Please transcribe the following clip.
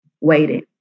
waiting